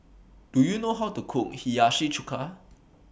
Do YOU know How to Cook Hiyashi Chuka